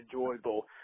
enjoyable